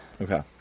okay